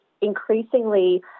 increasingly